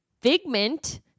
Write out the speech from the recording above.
figment